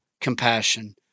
compassion